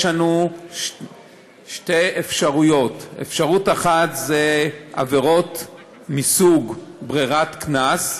יש לנו שתי אפשרויות: אפשרות אחת היא עבירות מסוג ברירת קנס,